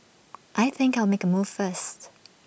I think I'll make A move first